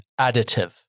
additive